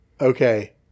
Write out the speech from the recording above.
Okay